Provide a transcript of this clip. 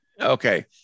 okay